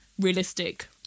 realistic